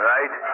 Right